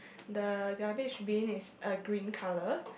the rubbish bin is a green colour